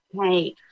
hey